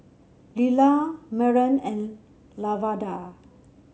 Lilah Maren and Lavada